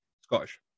Scottish